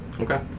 Okay